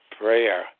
Prayer